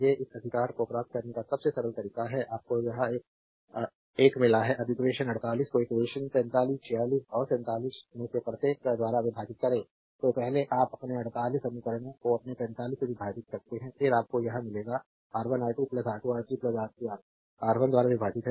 ये इस अधिकार को प्राप्त करने का सबसे सरल तरीका है आपको यह एक मिला है अब इक्वेशन 48 को इक्वेशन 45 46 और 47 में से प्रत्येक द्वारा विभाजित करें तो पहले आप अपने 48 समीकरणों को अपने 45 से विभाजित करते हैं फिर आपको यह क्या मिलेगा R1 R2 R2R3 R3R1 R1 द्वारा विभाजित है